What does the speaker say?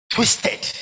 Twisted